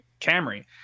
Camry